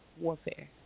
warfare